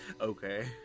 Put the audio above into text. Okay